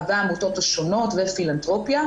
הרבה עמותות שונות ופילנתרופיה,